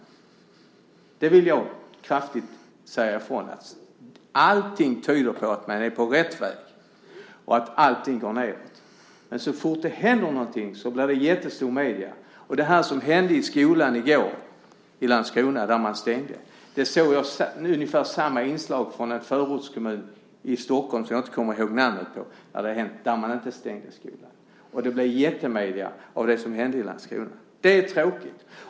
Jag vill kraftigt säga ifrån att allting tyder på att man är på rätt väg och att allting negativt är på väg nedåt. Men så fort det händer någonting så blir det jättestort i medierna. När det gäller det som hände i skolan i Landskrona i går och som ledde till att man stängde skolan där så såg jag ett inslag om ungefär samma sak i en förortskommun till Stockholm, som jag inte kommer ihåg namnet på, men där stängde man inte skolan. Men det som hände i Landskrona blev jättestort i medierna. Det är tråkigt.